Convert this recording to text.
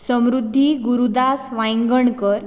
Samruddhi Gurudas Vayangankar